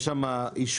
יש שם אישורים,